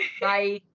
bye